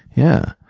yeah.